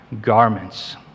garments